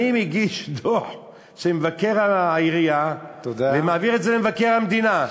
אני מגיש דוח של מבקר העירייה ומעביר את זה למבקר המדינה.